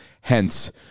Hence